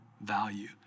value